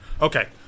Okay